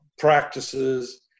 practices